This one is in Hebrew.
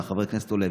וחבר הכנסת עולה,